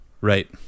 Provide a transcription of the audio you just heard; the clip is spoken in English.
right